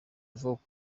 avuga